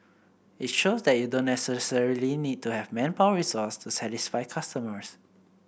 it shows that you don't necessarily need to have manpower resources to satisfy customers